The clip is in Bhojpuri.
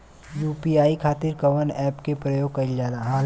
यू.पी.आई खातीर कवन ऐपके प्रयोग कइलजाला?